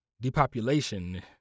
Depopulation